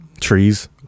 Trees